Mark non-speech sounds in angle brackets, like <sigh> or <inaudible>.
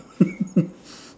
<laughs>